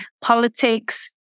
politics